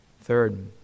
Third